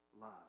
love